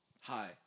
Hi